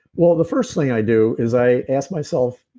well, the first thing i do is i ask myself,